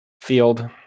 Field